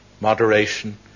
moderation